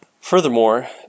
Furthermore